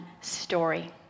story